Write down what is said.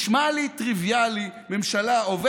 אבל אין לכם סיכוי, חבר הכנסת לפיד.